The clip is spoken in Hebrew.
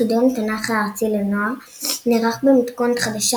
חידון התנ"ך הארצי לנוער נערך במתכונת חדשה,